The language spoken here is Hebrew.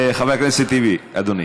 חבר הכנסת טיבי, אדוני.